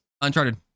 Uncharted